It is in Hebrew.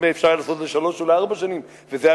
אם אפשר היה לעשות את זה לשלוש או לארבע שנים וזה היה